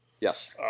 Yes